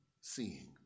seeing